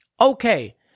Okay